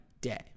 day